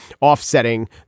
offsetting